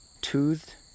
toothed